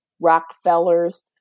Rockefeller's